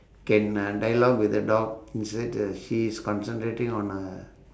can uh dialogue with the dog instead uh she's concentrating on uh